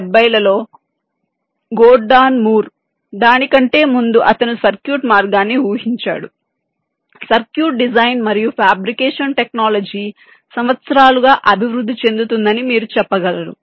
1970 లలో Gordon Moore దాని కంటే ముందే అతను సర్క్యూట్ మార్గాన్ని ఊహించాడు సర్క్యూట్ డిజైన్ మరియు ఫాబ్రికేషన్ టెక్నాలజీ సంవత్సరాలుగా అభివృద్ధి చెందుతుందని మీరు చెప్పగలరు